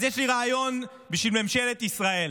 אז יש לי רעיון בשביל ממשלת ישראל: